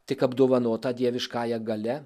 tik apdovanotą dieviškąja galia